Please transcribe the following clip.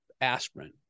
aspirin